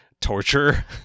torture